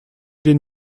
den